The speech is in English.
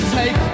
take